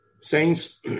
Saints